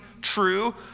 true